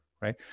right